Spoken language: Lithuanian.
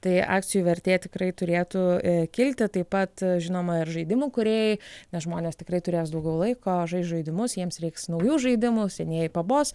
tai akcijų vertė tikrai turėtų kilti taip pat žinoma ir žaidimų kūrėjai nes žmonės tikrai turės daugiau laiko žais žaidimus jiems reiks naujų žaidimų senieji pabos